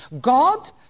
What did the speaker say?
God